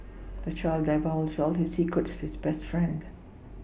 the child divulged all his secrets to his best friend